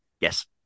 Yes